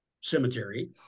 cemetery